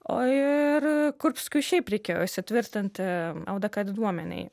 o ir kurbskiui šiaip reikėjo įsitvirtinti ldk diduomenėj